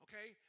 Okay